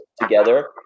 together